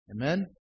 Amen